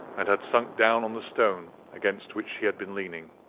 and had sunk down on the stone against which he had been leaning.